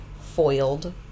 foiled